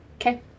Okay